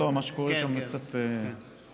מה שקורה שם זה קצת לא, כן.